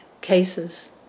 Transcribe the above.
cases